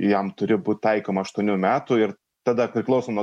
jam turi būt taikoma aštuonių metų ir tada priklauso nuo